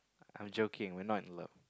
I'm joking we're not in love